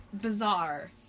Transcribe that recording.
bizarre